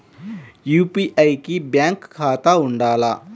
UPI కి bank ఖాతా ఉండాల?